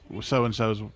so-and-so's